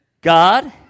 God